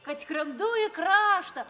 kad skrendu į kraštą